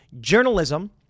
journalism